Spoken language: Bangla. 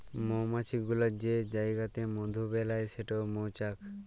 মমাছি গুলা যে জাইগাতে মধু বেলায় সেট মচাক